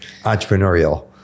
entrepreneurial